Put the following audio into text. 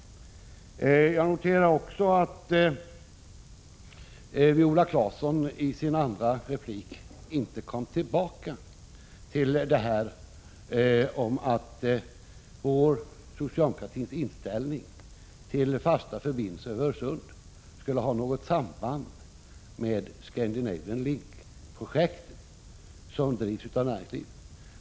Jag noterar också att Viola Claesson i sin andra replik inte återkom till resonemanget att socialdemokratins inställning till fasta förbindelser över Öresund skulle ha något samband med Scandinavian Link-projektet som drivs av näringslivet.